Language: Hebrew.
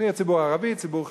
שיהיה ציבור ערבי, ציבור חרדי.